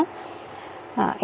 നമ്മൾ മൂന്നു ഘട്ടമായി പോലെ